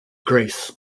grace